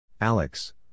Alex